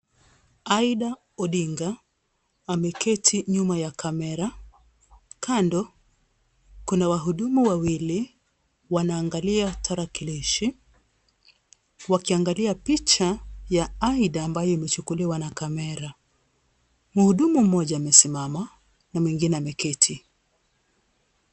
Aida Odinga, ameketi nyuma ya kamera. Kando, kuna wahudumu wawili wanaangalia tarakilishi, wakiangalia picha ya Aida ambayo imechukuliwa na kamera. Mhudumu mmoja amesimama na mwingine ameketi.